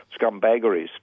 scumbaggeries